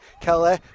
Kelly